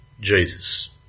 Jesus